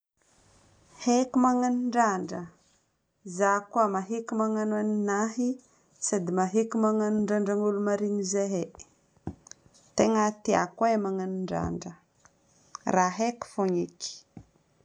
Haiko magnano randra. Zaho koa mahetiky magnano ninahy sady mahetiky magnano randra olo marigny zahay. Tegna tiako e magnano randra. Raha haiko fôgna eky.